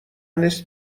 نیست